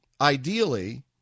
ideally